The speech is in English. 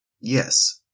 Yes